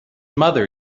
mother